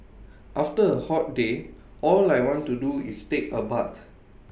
after A hot day all I want to do is take A bath